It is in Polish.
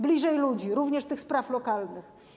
Bliżej ludzi, również tych spraw lokalnych.